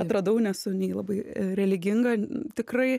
atradau nesu nei labai religinga tikrai